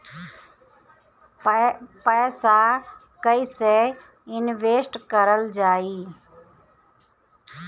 पैसा कईसे इनवेस्ट करल जाई?